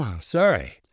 sorry